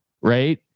right